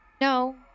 No